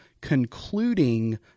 concluding